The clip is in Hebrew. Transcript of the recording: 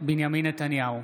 בנימין נתניהו,